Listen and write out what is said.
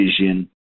vision